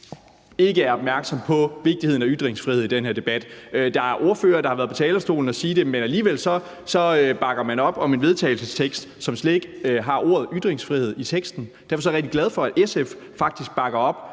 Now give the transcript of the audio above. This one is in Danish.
ikke er opmærksom på vigtigheden af ytringsfrihed i den her debat. Der er ordførere, der har været på talerstolen at sige det, men alligevel bakker man op om en vedtagelsestekst, som slet ikke har ordet ytringsfrihed i teksten. Derfor er jeg rigtig glad for, at SF faktisk bakker op